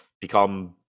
become